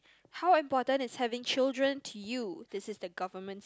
how important is having children to you this is the government